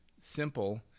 simple